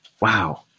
wow